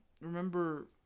remember